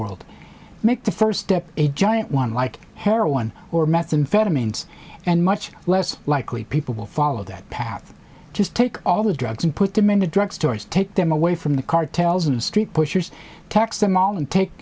world make the first step a giant one like heroin or methamphetamines and much less likely people will follow that path just take all the drugs and put them into drug stores take them away from the cartels and street pushers tax them all and take